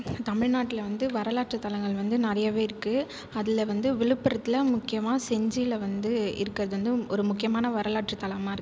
தமிழ்நாட்டில் வந்து வரலாற்று தலங்கள் வந்து நிறையவே இருக்குது அதில் வந்து விழுப்புரத்தில் முக்கியமாக செஞ்சியில் வந்து இருக்கிறது வந்து ஒரு முக்கியமான வரலாற்று தலமாயிருக்கு